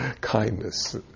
Kindness